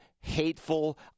hateful